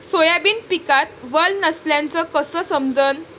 Soybean पिकात वल नसल्याचं कस समजन?